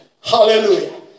Hallelujah